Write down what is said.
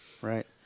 Right